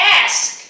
ask